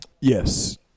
Yes